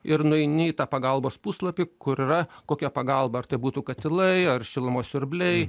ir nueini į tą pagalbos puslapį kur yra kokia pagalba ar tai būtų katilai ar šilumos siurbliai